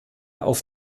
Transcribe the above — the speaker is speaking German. auf